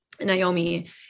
Naomi